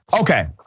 Okay